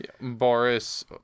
Boris